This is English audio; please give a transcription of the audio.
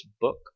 book